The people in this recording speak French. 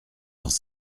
dans